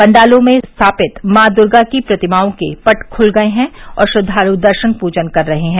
पाण्डालों में स्थापित माँ दुर्गा की प्रतिमाओं के पट खुल गए हैं और श्रद्वालु दर्शन पूजन कर रहे हैं